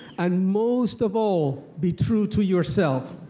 and most of all, be true to yourself.